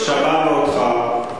שמענו אותך,